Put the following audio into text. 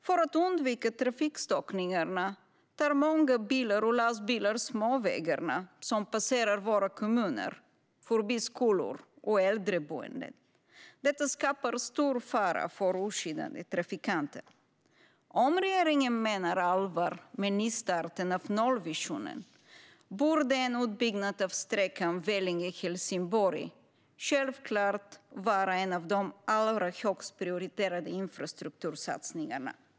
För att undvika trafikstockningarna tar många bilar och lastbilar småvägarna som passerar våra kommuner förbi skolor och äldreboenden. Detta skapar stor fara för oskyddade trafikanter. Om regeringen menar allvar med nystarten av nollvisionen borde en utbyggnad av sträckan Vellinge-Helsingborg självklart vara en av de allra högst prioriterade infrastruktursatsningarna.